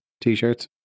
t-shirts